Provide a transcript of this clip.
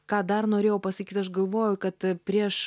ką dar norėjau pasakyt aš galvoju kad prieš